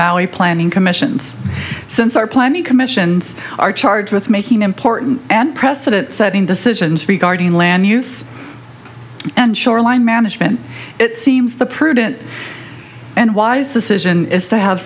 maui planning commissions since our plan the commissions are charged with making important and precedent setting decisions regarding land use and shoreline management it seems the prudent and wise decision is to have